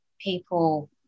people